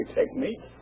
technique